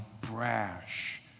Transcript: brash